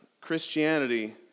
Christianity